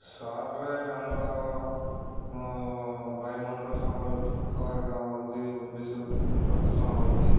ସହରରେ ଆମର ବାୟୁମଣ୍ଡଳ ସବୁବେଳେ ହଉଛି ବି ପ୍ରଦୂଷଣ ହଉଛି